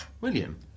William